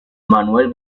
manuel